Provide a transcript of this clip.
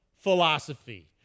philosophy